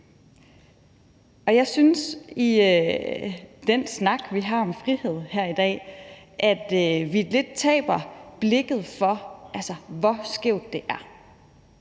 Jeg synes, at vi i den snak, vi har om frihed her i dag, lidt taber blikket for, hvor skævt det